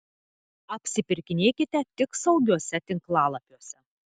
apsipirkinėkite tik saugiuose tinklalapiuose